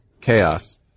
chaos